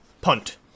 PUNT